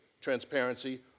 transparency